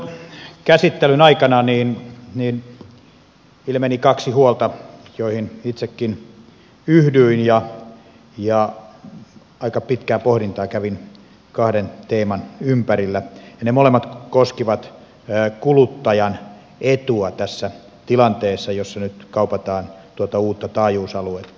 tuon käsittelyn aikana ilmeni kaksi huolta joihin itsekin yhdyin ja aika pitkää pohdintaa kävin kahden teeman ympärillä ja ne molemmat koskivat kuluttajan etua tässä tilanteessa jossa nyt kaupataan tuota uutta taajuusaluetta